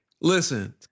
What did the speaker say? Listen